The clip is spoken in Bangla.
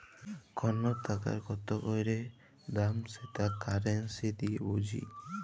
কল টাকার কত ক্যইরে দাম সেট কারেলসি দিঁয়ে বুঝি